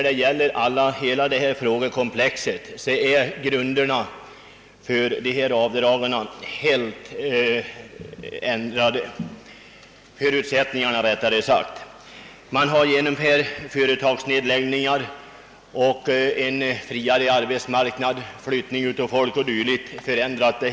Vi skall ha klart för oss att förutsättningarna för dessa avdrag helt har ändrats under senare år till följd av företagsnedläggningar, en friare arbetsmarknad, flyttning av folk och dylikt.